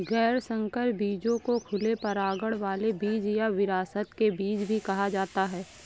गैर संकर बीजों को खुले परागण वाले बीज या विरासत के बीज भी कहा जाता है